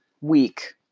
week